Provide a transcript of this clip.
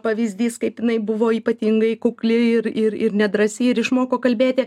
pavyzdys kaip jinai buvo ypatingai kukli ir ir ir nedrąsi ir išmoko kalbėti